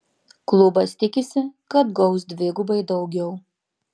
klubas tikisi kad gaus dvigubai daugiau